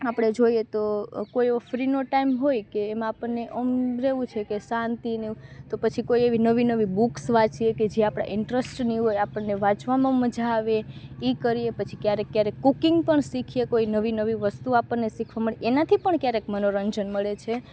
આપણે જોઇએ તો કોઈ એવો ફ્રીનો ટાઈમ હોય કે એમા આપણને ઓમ રહેવું છે કે શાંતિ ને તો પછી કોઈ એવી નવી નવી બુક્સ વાંચીએ કે જે આપણા ઇન્ટ્રેસ્ટની હોય આપણને વાંચવામાં મજા આવે એ કરીએ પછી ક્યારેય ક્યારેય કૂકિંગ પણ શીખીએ કોઈ નવી નવી વસ્તુ આપણે શીખવાં મળે એનાંથી પણ ક્યારેક મનોરંજન મળે છે